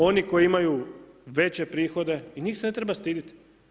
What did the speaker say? Oni koji imaju veće prihode i njih se ne treba stiditi.